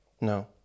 no